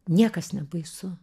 niekas nebaisu